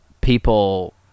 people